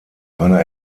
einer